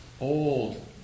old